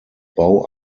bau